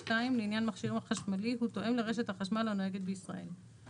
(2)לעניין מכשיר חשמלי - הוא תואם לרשת החשמל הנוהגת בישראל,";